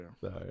Sorry